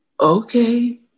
okay